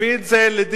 נביא את זה לדיון,